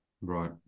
Right